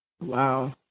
Wow